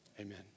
Amen